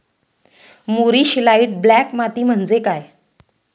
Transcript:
मूरिश light black माती म्हणजे काय?